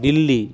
Delhi